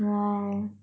!wah!